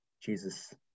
Jesus